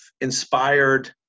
inspired